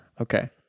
Okay